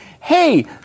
Hey